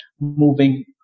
moving